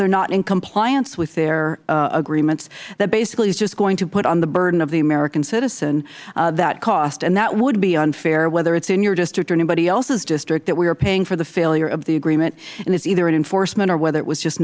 they are not in compliance with their agreements that basically is just going to put on the burden of the american citizen that cost and that would be unfair whether it is in your district or anybody else's district that we were paying for the failure of the agreement and it is either an enforcement or whether it was just